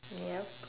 yup